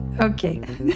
Okay